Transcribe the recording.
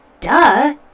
duh